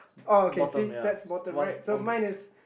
oh okay see that's bottom right so mine is